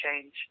change